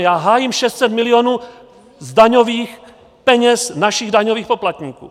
Já hájím 600 milionů z daňových peněz našich daňových poplatníků.